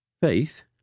Faith